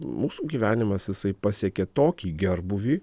mūsų gyvenimas jisai pasiekė tokį gerbūvį